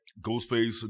Ghostface